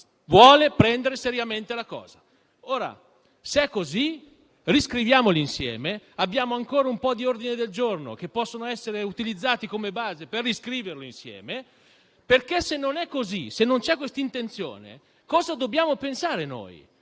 due mesi fa. Se è così, riscriviamolo insieme. Abbiamo ancora degli ordini del giorno che possono essere utilizzati come base per riscriverlo insieme. Ma se non è così e non c'è questa intenzione, cosa dobbiamo pensare noi?